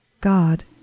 God